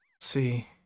see